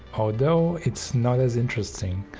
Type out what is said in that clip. although it's not as interesting.